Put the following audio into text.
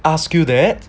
ask you that